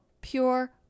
Pure